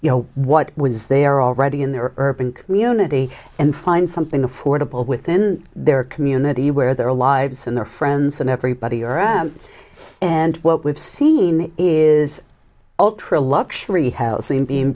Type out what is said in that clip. you know what was there already in the urban community and find something affordable within their community where their lives and their friends and everybody around and what we've seen is ultra luxury housing being